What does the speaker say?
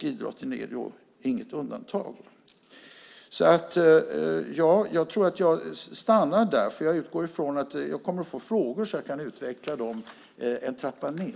Idrotten är inget undantag. Jag utgår ifrån att jag får frågor så att jag kan utveckla detta.